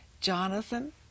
Jonathan